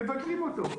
מבטלים אותה.